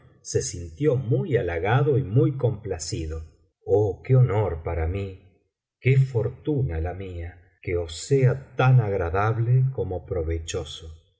se sintió muy halagado y muy complacido oh qué honor para mí qué fortuna la mía que os sea tan agradable como provechoso